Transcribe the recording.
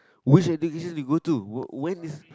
which education do you go to when is